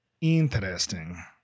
Interesting